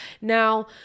Now